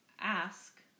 ask